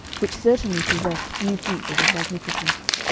which certainly possessed few features of magnificence.